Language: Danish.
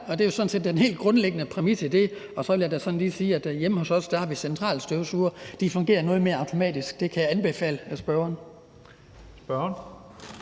og det er sådan set den helt grundlæggende præmis i det. Så vil jeg da lige sige, at vi hjemme hos os har centralstøvsugere. De fungerer noget mere automatisk, og det kan jeg anbefale spørgeren.